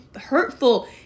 hurtful